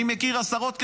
אני מכיר עשרות כאלה,